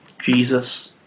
Jesus